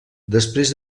després